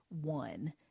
one